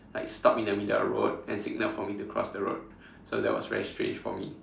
like stop in the middle of the road and signal for me to cross the road so that was very strange for me